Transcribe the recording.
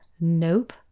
Nope